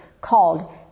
called